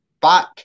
back